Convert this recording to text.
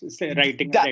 writing